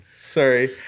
sorry